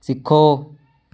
ਸਿੱਖੋ